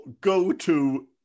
go-to